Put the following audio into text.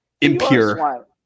impure